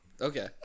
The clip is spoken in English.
Okay